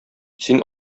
син